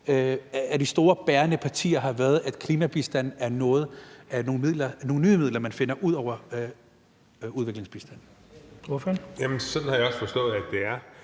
hos de store bærende partier har været, at klimabistanden er nogle nye midler, man finder uden om udviklingsbistanden?